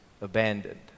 abandoned